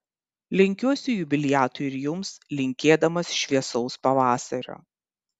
lenkiuosi jubiliatui ir jums linkėdamas šviesaus pavasario